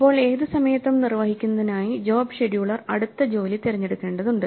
ഇപ്പോൾ ഏത് സമയത്തും നിർവ്വഹിക്കുന്നതിനായി ജോബ് ഷെഡ്യൂളർ അടുത്ത ജോലി തിരഞ്ഞെടുക്കേണ്ടതുണ്ട്